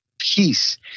peace